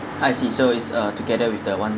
I see so it's uh together with the one